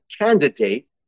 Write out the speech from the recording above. candidate